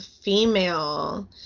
female